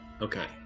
Okay